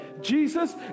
Jesus